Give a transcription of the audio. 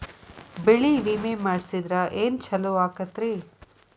ಬೆಳಿ ವಿಮೆ ಮಾಡಿಸಿದ್ರ ಏನ್ ಛಲೋ ಆಕತ್ರಿ?